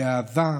באהבה,